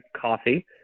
coffee